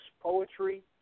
poetry